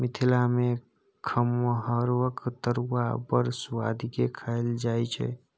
मिथिला मे खमहाउरक तरुआ बड़ सुआदि केँ खाएल जाइ छै